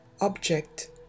object